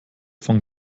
von